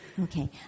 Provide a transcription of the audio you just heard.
Okay